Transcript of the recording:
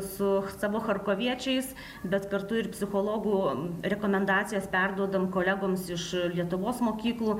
su savo charkoviečiais bet kartu ir psichologų rekomendacijas perduodam kolegoms iš lietuvos mokyklų